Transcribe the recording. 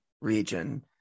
region